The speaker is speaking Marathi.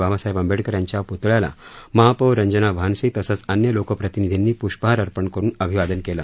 बाबासाहेब आंबेडकर यांच्या पृतळ्याला महापौर रंजना भानसी तसंच अन्य लोकप्रतिनिधींनी प्ष्पहार अर्पण करून अभिवादन केलं